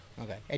okay